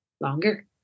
longer